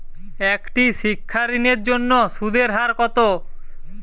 একটি শিক্ষা ঋণের জন্য সুদের হার কত?